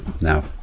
now